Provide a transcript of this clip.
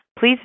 please